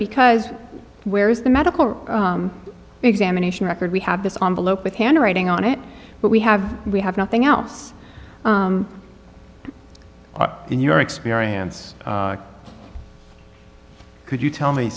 because where is the medical examination record we have this on bloke with handwriting on it but we have we have nothing else in your experience could you tell me